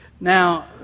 Now